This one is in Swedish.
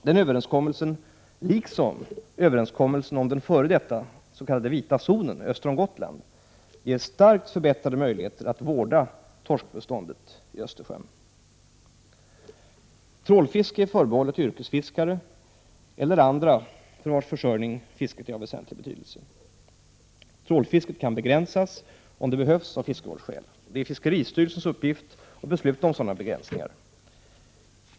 Den överenskommelsen liksom överenskommelsen om den f.d. ”vita zonen” öster om Gotland ger starkt förbättrade möjligheter att vårda torskbeståndet i Östersjön. Trålfiske är förbehållet yrkesfiskare eller andra för vilkas försörjning fisket är av väsentlig betydelse. Trålfisket kan begränsas om det behövs av fiskevårdsskäl. Det är fiskeristyrelsens uppgift att besluta om sådana begränsningar.